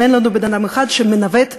אם אין לנו בן-אדם אחד שמנווט אותנו,